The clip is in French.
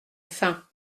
fin